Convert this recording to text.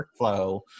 workflow